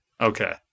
Okay